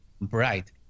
bright